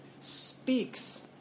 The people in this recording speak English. speaks